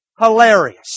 Hilarious